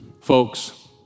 Folks